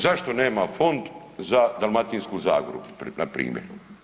Zašto nema fond za Dalmatinsku zagoru na primjer?